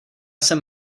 jsem